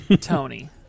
Tony